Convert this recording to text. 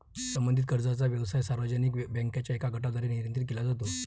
संबंधित कर्जाचा व्यवसाय सार्वजनिक बँकांच्या एका गटाद्वारे नियंत्रित केला जातो